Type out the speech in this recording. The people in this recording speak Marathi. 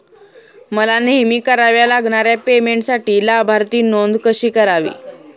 मला नेहमी कराव्या लागणाऱ्या पेमेंटसाठी लाभार्थी नोंद कशी करावी?